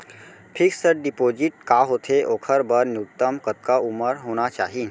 Fix deposit का होथे ओखर बर न्यूनतम कतका उमर होना चाहि?